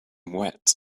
wet